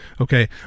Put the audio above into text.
Okay